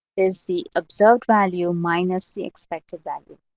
is the observed value minus the expected value.